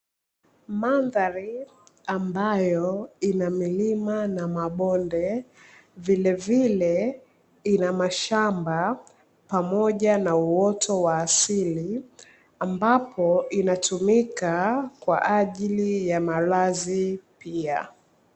Mandhari ambayo ina milima na mabonde vile vile ina mashamba pamoja na uoto wa asili ambapo inatumika kwa ajili ya maradhi pia.